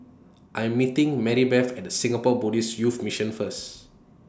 I'm meeting Maribeth At Singapore Buddhist Youth Mission First